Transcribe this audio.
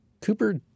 Cooper